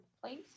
place